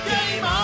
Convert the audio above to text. Game